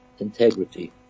integrity